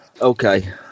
okay